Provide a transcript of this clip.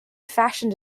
fashion